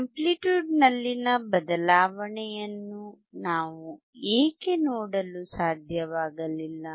amplitude ನಲ್ಲಿನ ಬದಲಾವಣೆಯನ್ನು ನಾವು ಏಕೆ ನೋಡಲು ಸಾಧ್ಯವಾಗಲಿಲ್ಲ